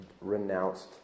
renounced